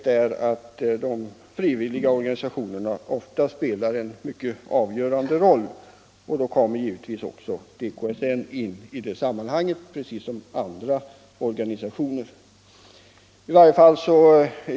Där spelar de frivilliga organisationerna ofta en avgörande roll, och i det sammanhanget kommer DKSN liksom andra organisationer in.